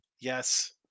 Yes